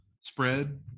spread